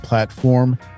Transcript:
platform